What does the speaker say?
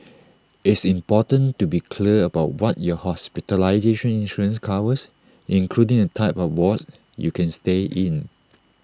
it's important to be clear about what your hospitalization insurance covers including the type of wards you can stay in